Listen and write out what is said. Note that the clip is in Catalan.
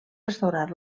restaurar